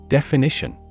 Definition